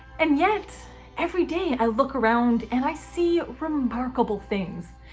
and yet every day i look around and i see remarkable things.